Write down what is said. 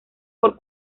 por